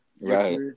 right